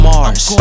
Mars